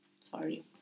sorry